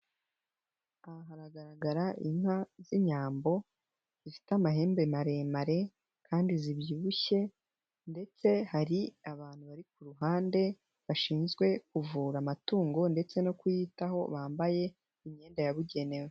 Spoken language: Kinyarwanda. Aha haragaragara inka z'Inyambo zifite amahembe maremare kandi zibyibushye ndetse hari abantu bari ku ruhande bashinzwe kuvura amatungo ndetse no kuyitaho bambaye imyenda yabugenewe.